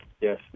Yes